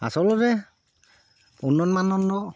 আচলতে উন্নত মানদণ্ডৰ